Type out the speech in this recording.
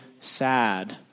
sad